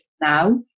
now